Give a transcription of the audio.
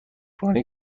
رانی